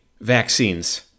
vaccines